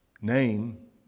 name